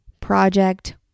project